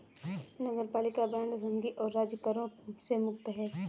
नगरपालिका बांड संघीय और राज्य करों से मुक्त हैं